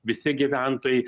visi gyventojai